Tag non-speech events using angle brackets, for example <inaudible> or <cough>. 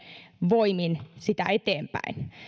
voimin sitä <unintelligible> ylöspäin